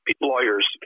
lawyers